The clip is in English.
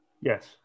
Yes